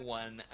one